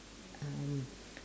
um